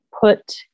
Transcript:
put